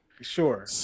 sure